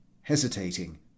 hesitating